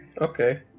okay